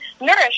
nourish